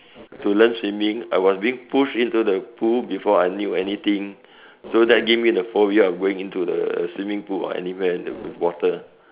to learn swimming I was being pushed into the pool before I knew anything so that give me the phobia of going into the swimming pool or anywhere that with water